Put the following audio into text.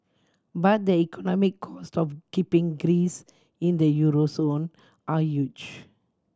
but the economic cost of keeping Greece in the euro zone are huge